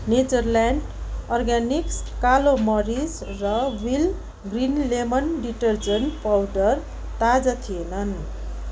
Natureland Organics कालो मरिच र Wheel green lemon detergent powder ताजा थिएनन्